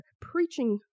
preaching